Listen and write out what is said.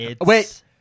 Wait